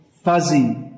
fuzzy